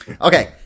Okay